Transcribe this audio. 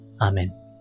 Amen